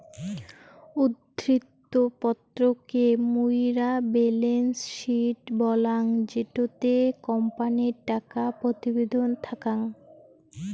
উদ্ধৃত্ত পত্র কে মুইরা বেলেন্স শিট বলাঙ্গ জেটোতে কোম্পানির টাকা প্রতিবেদন থাকাং